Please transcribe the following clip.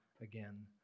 again